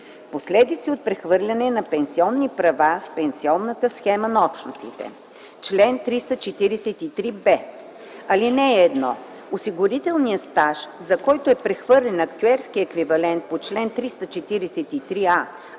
Последици от прехвърлянето на пенсионни права в пенсионната схема на Общностите Чл. 343б. (1) Осигурителният стаж, за който е прехвърлен актюерски еквивалент по чл. 343а,